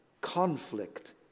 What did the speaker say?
conflict